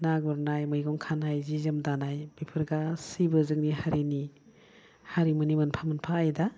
ना गुरनाय मैगं खानाय जि जोम दानाय बेफोर गासैबो जोंनि हारिनि हारिमुनि मोनफा मोनफा आयदा